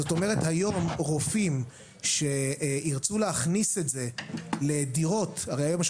זאת אומרת: היום רופאים שירצו להכניס את זה לדירות הרי היום יש